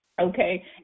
okay